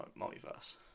multiverse